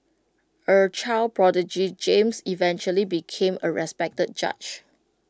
A child prodigy James eventually became A respected judge